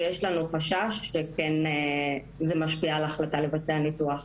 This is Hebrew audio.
שיש לנו חשש שזה כן משפיע על ההחלטה לבצע ניתוח.